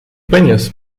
peněz